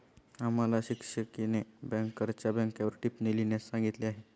आम्हाला शिक्षिकेने बँकरच्या बँकेवर टिप्पणी लिहिण्यास सांगितली आहे